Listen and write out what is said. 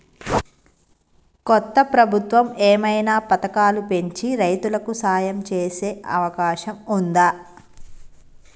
కొత్త ప్రభుత్వం ఏమైనా పథకాలు పెంచి రైతులకు సాయం చేసే అవకాశం ఉందా?